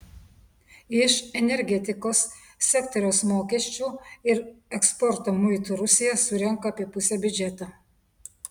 iš energetikos sektoriaus mokesčių ir eksporto muitų rusija surenka apie pusę biudžeto